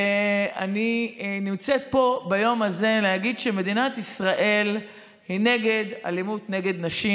אני נמצאת פה ביום הזה להגיד שמדינת ישראל היא נגד אלימות נגד נשים,